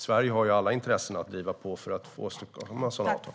Sverige har dock allt intresse av att driva på för få till stånd sådana avtal.